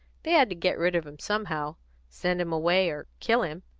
they had to get rid of him somehow send him away or kill him.